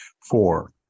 Four